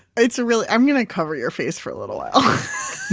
it's really, i'm gonna cover your face for a little while.